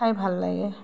খাই ভাল লাগে